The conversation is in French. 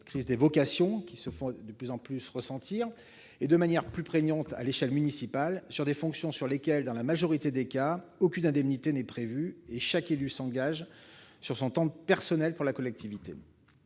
crise des vocations se fait de plus en plus ressentir- de manière plus prégnante à l'échelle municipale, sur des fonctions pour lesquelles, dans la majorité des cas, aucune indemnité n'est prévue et où chaque élu s'engage sur son temps personnel pour la collectivité